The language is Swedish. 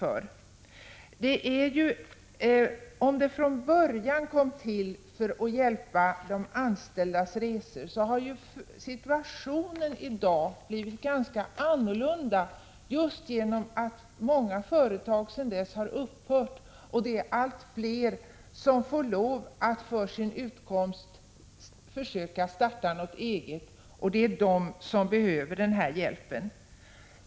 Om denna hjälp från början tillkom med tanke på de anställdas resor är situationen i dag ganska annorlunda just på grund av att många företag har upphört och att allt fler för sin utkomst får lov att starta något eget. Det är dessa som behöver denna hjälp.